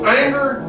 anger